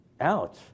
Ouch